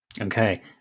okay